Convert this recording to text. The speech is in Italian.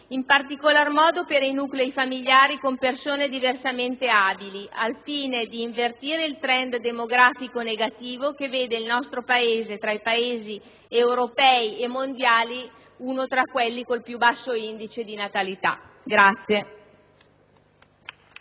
in particolar modo per i nuclei familiari con persone diversamente abili, al fine di invertire il *trend* demografico negativo che vede il nostro Paese tra i Paesi europei e mondiali con il più basso tasso di natalità».